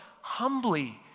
humbly